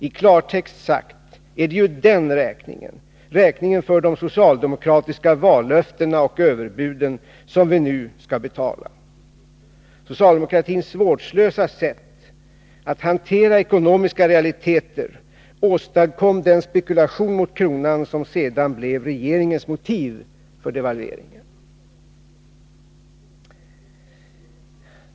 I klartext sagt är det ju den räkningen, räkningen för de socialdemokratiska vallöftena och överbuden, som vi nu skall betala. Socialdemokratins vårdslösa sätt att hantera ekonomiska realiteter åstadkom den spekulation mot kronan som sedan blev regeringens motiv för devalveringen.